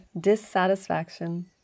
dissatisfaction